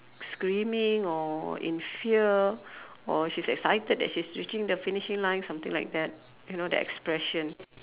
screaming or in fear or she's excited that's she's reaching the finishing line something like that you know the expression